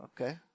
Okay